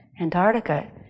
Antarctica